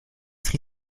tri